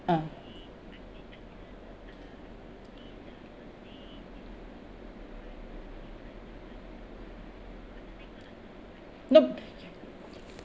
uh nope